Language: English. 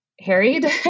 harried